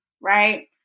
right